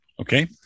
Okay